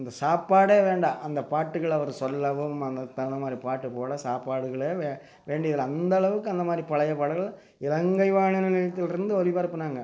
இந்தச் சாப்பாடே வேண்டாம் அந்தப் பாட்டுகளை அவரு சொல்லவும் அந்த தன மாதிரி பாட்டு போல் சாப்பாடுகளே வே வேண்டியது இல்லை அந்த அளவுக்கு அந்த மாதிரி பழையப் பாடல்கள் இலங்கை வானொலி நிலையத்தில் இருந்து ஒளிபரப்பினாங்க